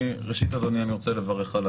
ראשית, אדוני, אני רוצה לברך על